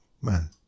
man